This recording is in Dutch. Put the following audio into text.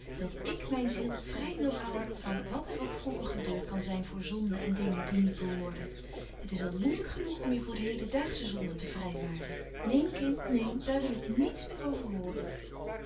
dat ik mijn ziel vrij wil houden van wat er ook vroeger gebeurd kan zijn voor zonde en dingen die niet behoorden het is al moeilijk genoeg om je voor de hedendaagsche zonde te vrijwaren neen kind neen daar wil ik niets meer over